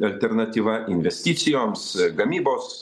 alternatyva investicijoms gamybos